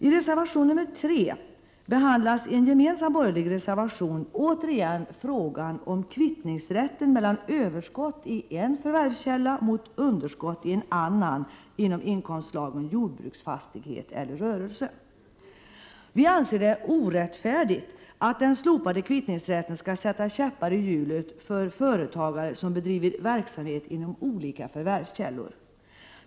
I reservation nr 3 behandlas, i en gemensam borgerlig reservation, återigen frågan om rätten att kvitta överskott i en viss förvärvskälla mot underskott i en annan inom inkomstslagen jordbruksfastighet eller rörelse. Vi anser det vara orättfärdigt att den slopade kvittningsrätten skall sätta käppar i hjulet för företagare som bedriver verksamhet inom olika förvärvskällor.